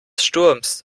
sturms